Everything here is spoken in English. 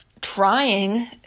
trying